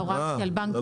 הוראה של בנקים.